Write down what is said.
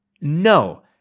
No